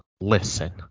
listen